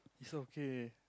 it's okay